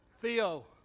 Theo